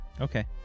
Okay